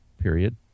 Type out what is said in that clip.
period